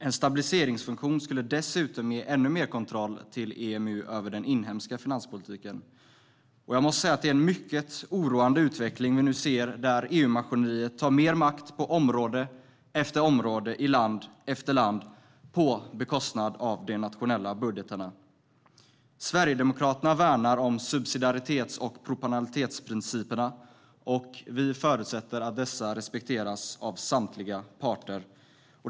En stabiliseringsfunktion skulle dessutom ge ännu mer kontroll till EMU över den inhemska finanspolitiken. Jag måste säga att det är en mycket oroande utveckling vi nu ser där EU-maskineriet tar mer makt på område efter område i land efter land på bekostnad av de nationella budgetarna. Sverigedemokraterna värnar om subsidiaritets och proportionalitetsprinciperna, och vi förutsätter att dessa respekteras av samtliga parter.